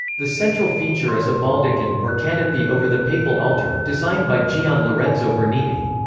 the central feature is a baldachin, or canopy over the papal altar, designed by gian lorenzo bernini.